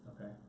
okay